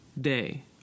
day